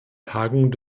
tagung